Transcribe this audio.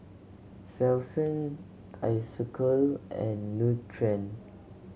Selsun Isocal and Nutren